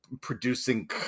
producing